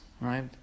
right